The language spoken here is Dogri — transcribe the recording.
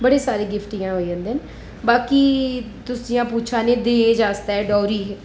बड़े सारे गिफ्ट इ'यां होई जंदे न बाकी तुस इ'यां पुच्छै ने दाज आस्तै डाउरी